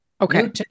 Okay